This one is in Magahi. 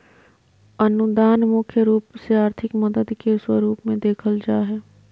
अनुदान मुख्य रूप से आर्थिक मदद के स्वरूप मे देखल जा हय